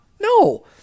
No